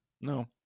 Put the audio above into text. No